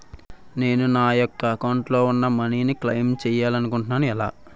నేను నా యెక్క అకౌంట్ లో ఉన్న మనీ ను క్లైమ్ చేయాలనుకుంటున్నా ఎలా?